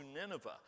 Nineveh